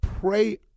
pray